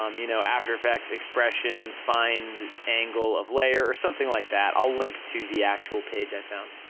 um you know after effects expressions find angle of layer, or something like that, i'll link to the actual page i found,